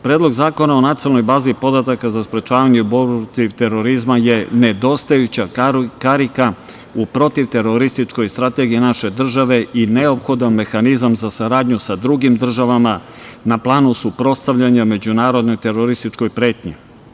Predlog zakona o nacionalnoj bazi podataka za sprečavanje i borbu protiv terorizma je nedostajuća karika u protivterorističkoj strategiji naše države i neophodan mehanizam za saradnju sa drugim državama na planu suprotstavljanja međunarodnoj terorističkoj pretnji.